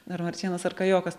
ar marčėnas ar kajokas